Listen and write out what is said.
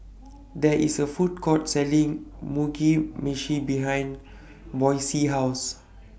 There IS A Food Court Selling Mugi Meshi behind Boysie's House